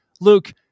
Luke